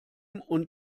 und